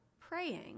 praying